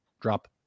drop